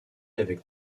avec